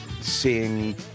seeing